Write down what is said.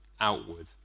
outward